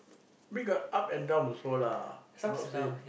I mean got up and down also lah not say